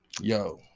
Yo